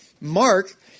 Mark